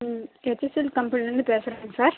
HCL கம்பெனியிலிருந்து பேசுகிறேங்க sir